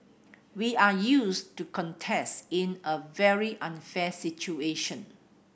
we are used to contest in a very unfair situation